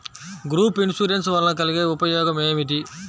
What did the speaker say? Group insurance వలన కలిగే ఉపయోగమేమిటీ?